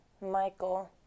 Michael